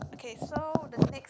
okay so the next